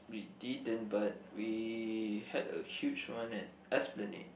we didn't but we had a huge one at Esplanade